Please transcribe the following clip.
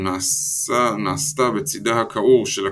נעשה בצידה הקעור של הקערה,